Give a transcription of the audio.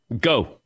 Go